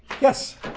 Yes